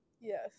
Yes